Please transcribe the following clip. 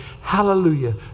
Hallelujah